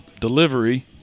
delivery